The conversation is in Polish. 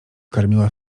karmiła